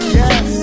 yes